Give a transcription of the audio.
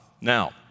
Now